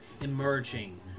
emerging